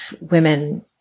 Women